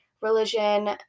religion